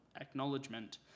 acknowledgement